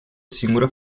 singură